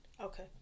Okay